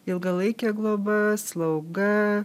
ilgalaikė globa slauga